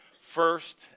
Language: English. First